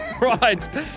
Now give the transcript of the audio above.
right